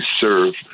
serve